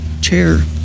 Chair